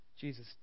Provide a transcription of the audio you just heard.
Jesus